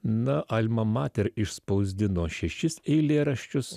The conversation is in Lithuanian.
na alma mater išspausdino šešis eilėraščius